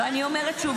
ואני אומרת שוב,